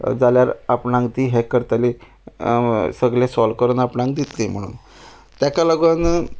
जाल्यार आपणांक ती हें करतली सगलें सॉल्व करून आपणांक दितली म्हुणून ताका लागून